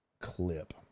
clip